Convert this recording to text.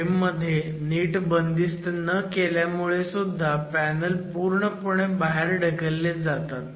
frame मध्ये नीट बंदिस्त न केल्यामुळे सुद्धा पॅनल पूर्णपणे बाहेर ढकलले जातात